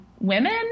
women